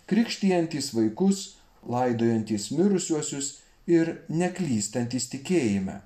krikštijantys vaikus laidojantys mirusiuosius ir neklystantys tikėjime